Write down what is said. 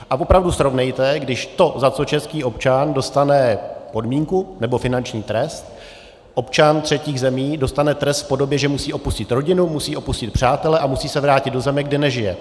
A opravdu srovnejte, když za to, za co český občan dostane podmínku nebo finanční trest, občan třetích zemí dostane trest v podobě, že musí opustit rodinu, musí opustit přátele a musí se vrátit se do země, kde nežije.